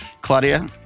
Claudia